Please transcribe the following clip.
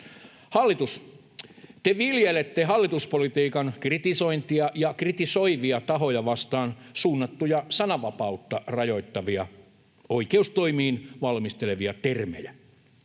Hallitus, te viljelette hallituspolitiikan kritisointia ja kritisoivia tahoja vastaan suunnattuja sananvapautta rajoittavia, oikeustoimiin valmistelevia termejä.